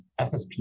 FSP